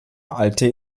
alte